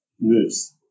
moves